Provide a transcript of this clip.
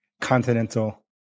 continental